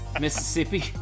Mississippi